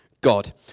God